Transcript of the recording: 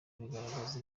bigaragaza